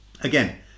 Again